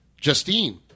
Justine